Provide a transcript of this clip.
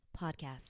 podcast